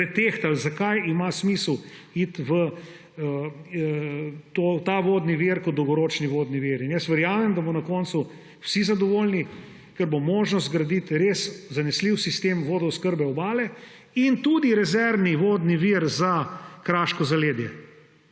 pretehtali, zakaj ima smisel iti v ta vodni vir kot dolgoročni vodni vir. In verjamem, da bodo na koncu vsi zadovoljni, ker bo možnost zgraditi res zanesljiv sistem vodooskrbe Obale in tudi rezervni vodni vir za kraško zaledje.